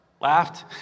laughed